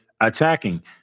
attacking